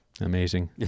Amazing